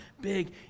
big